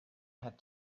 had